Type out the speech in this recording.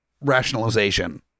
rationalization